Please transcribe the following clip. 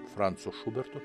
franco šuberto